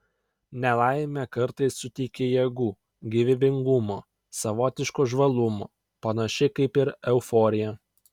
nelaimė kartais suteikia jėgų gyvybingumo savotiško žvalumo panašiai kaip ir euforija